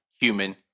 human